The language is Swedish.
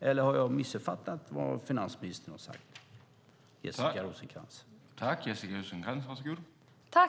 Eller har jag missuppfattat vad finansministern har sagt, Jessica Rosencrantz?